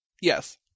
Yes